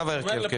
מצביעים רגיל,